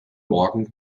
morgen